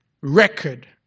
record